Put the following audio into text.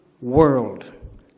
World